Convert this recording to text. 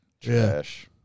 trash